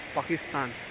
Pakistan